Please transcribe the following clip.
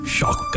Shock